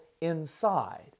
inside